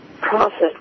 process